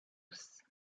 else